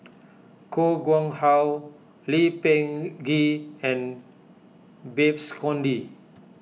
Koh Guang How Lee Peh Gee and Babes Conde